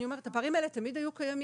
אני אומרת הפערים האלה תמיד היו קיימים,